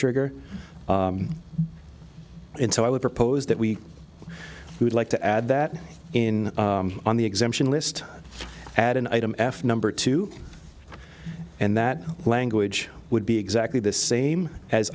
sugar and so i would propose that we would like to add that in on the exemption list add an item f number to and that language would be exactly the same as